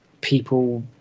people